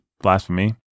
Blasphemy